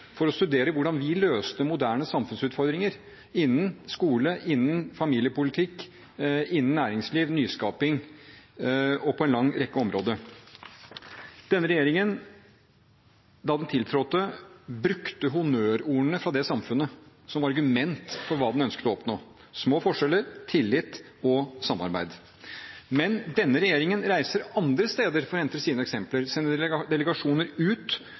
for å studere hvordan vi løste moderne samfunnsutfordringer – innen skole, innen familiepolitikk, innen næringsliv, nyskaping og på en lang rekke områder. Denne regjeringen, da den tiltrådte, brukte honnørordene fra det samfunnet som argument for hva den ønsket å oppnå: små forskjeller, tillit og samarbeid. Men denne regjeringen reiser andre steder for å hente sine eksempler, sender delegasjoner ut